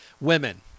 Women